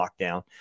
lockdown